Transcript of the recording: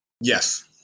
yes